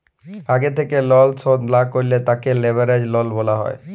আগে থেক্যে লন শধ না করলে তাকে লেভেরাজ লন বলা হ্যয়